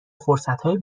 فرصتهای